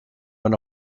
when